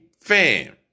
fam